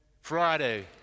Friday